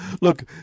look